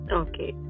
okay